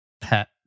pet